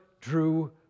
drew